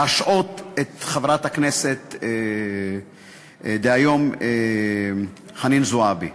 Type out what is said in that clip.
להשעות את חברת הכנסת דהיום חנין זועבי.